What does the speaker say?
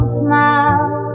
smile